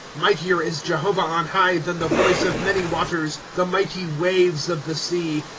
mightier is jehovah on high. than the voice of many waters, the mighty waves of the sea.